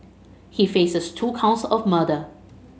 he faces two counts of murder